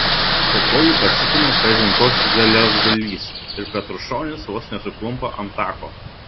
po kojų pasipina kažin koks geležgalys ir petrušonis vos nesuklumpa ant tako